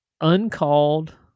uncalled